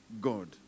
God